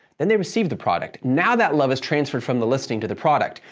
then they receive the product. now, that love is transferred from the listing to the product,